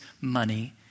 money